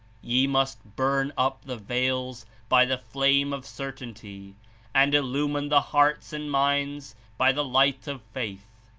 ye must burn up the veils by the flame of cer tainty and illumine the hearts and minds by the light of faith.